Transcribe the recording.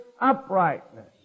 uprightness